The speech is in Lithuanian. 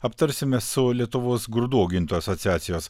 aptarsime su lietuvos grūdų augintojų asociacijos